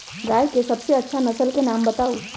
गाय के सबसे अच्छा नसल के नाम बताऊ?